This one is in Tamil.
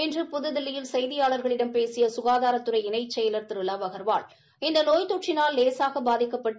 இன்று புதுதில்லியில் செய்தியாளர்களிடம் பேசிய ககாதாரத்துறை இணை செயலர் திரு லவ் அகா்வால் இந்த நோய் தொற்றினால் லேசாக பாதிக்கப்பட்டு